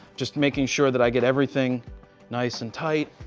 just making sure that i get everything nice and tight.